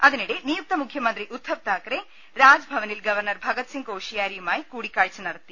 അതിനിടെ നിയുക്ത മുഖ്യമന്ത്രി ഉദ്ധവ് താക്കറെ രാജ്ഭ വനിൽ ഗവർണർ ഭഗത്സിംഗ് കോഷിയാരിയുമായി കൂടിക്കാഴ്ച നടത്തി